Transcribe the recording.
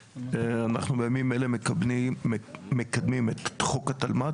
אנחנו, בימים אלה, מקדמים את חוק התלמ"ת.